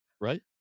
Right